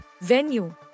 Venue